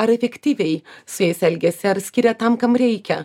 ar efektyviai su jais elgiasi ar skiria tam kam reikia